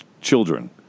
children